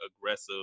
aggressive